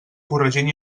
corregint